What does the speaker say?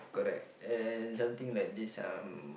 correct and something like this um